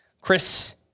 Chris